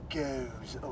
goes